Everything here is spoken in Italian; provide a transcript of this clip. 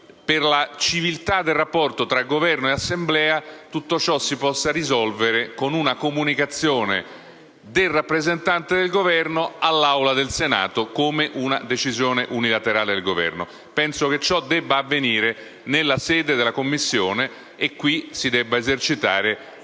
per la civiltà del rapporto tra Governo e Assemblea, tutto ciò si possa risolvere con una comunicazione del rappresentante del Governo all'Aula del Senato come una decisione unilaterale del Governo. Penso che ciò debba avvenire nella sede della Commissione, e qui si debba esercitare quella